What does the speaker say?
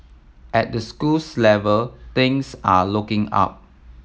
at the schools level things are looking up